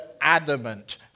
adamant